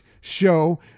show